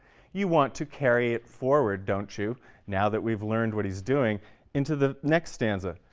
you want to carry it forward, don't you now that we've learned what he's doing into the next stanza,